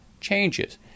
changes